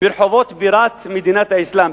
ברחובות בירת מדינת האסלאם,